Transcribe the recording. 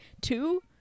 two